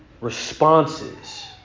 responses